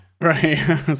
Right